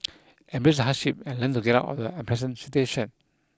embrace the hardship and learn to get out of the unpleasant station